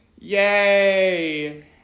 Yay